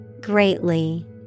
Greatly